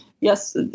yes